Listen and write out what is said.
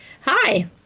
Hi